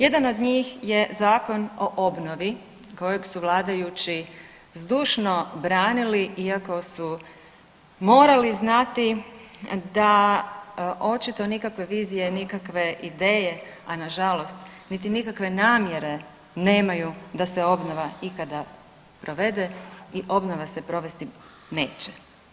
Jedan od njih je Zakon o obnovi kojeg su vladajući zdušno branili iako su morali znati da očito nikakve vizije, nikakve ideje, a nažalost niti nikakve namjere nemaju da se obnova ikada provede i obnova se provesti neće.